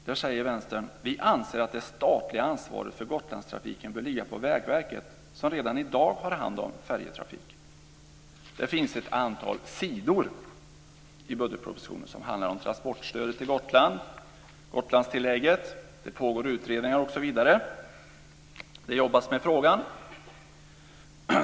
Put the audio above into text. Där säger Vänstern: Vi anser att det statliga ansvaret för Gotlandstrafiken bör ligga på Vägverket, som redan i dag har hand om färjetrafik. Det finns ett antal sidor i budgetpropositionen som handlar om transportstödet till Gotland och Gotlandstillägget. Det pågår utredningar osv. Det jobbas med frågan.